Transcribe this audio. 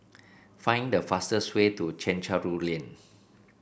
find the fastest way to Chencharu Lane